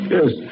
Yes